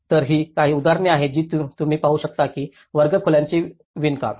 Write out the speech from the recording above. तर ही काही उदाहरणे आहेत जी तुम्ही पाहु शकता की वर्गखोल्यांचे विणकाम